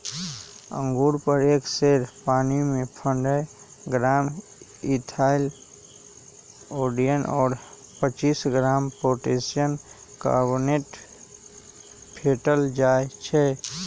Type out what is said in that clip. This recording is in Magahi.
अंगुर पर एक सेर पानीमे पंडह ग्राम इथाइल ओलियट और पच्चीस ग्राम पोटेशियम कार्बोनेट फेटल जाई छै